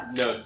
no